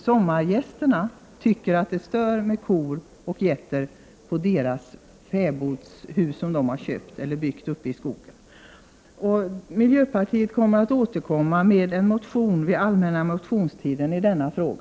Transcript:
Sommargästerna tycker nämligen att det är störande med kor och getter kring de hus som sommargästerna har uppe i skogen. Miljöpartiet kommer att under den allmänna motionstiden återkomma med en motion i denna fråga.